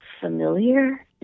familiar